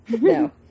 No